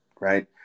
right